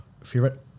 favorite